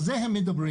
על זה הם מדברים.